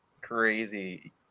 crazy